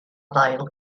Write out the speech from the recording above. ddail